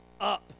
up